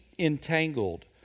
entangled